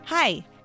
Hi